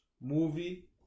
movie